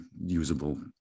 usable